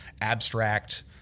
abstract